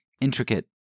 intricate